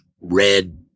red